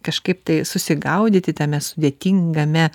kažkaip tai susigaudyti tame sudėtingame